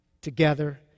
together